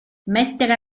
mettere